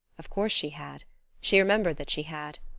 of course she had she remembered that she had.